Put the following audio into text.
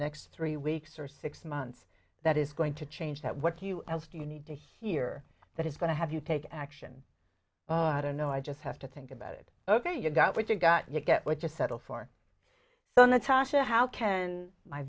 next three weeks or six months that is going to change that what do you do you need to hear that is going to have you take action i don't know i just have to think about it ok you got what you got you get what you settle for so natasha how can my